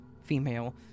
female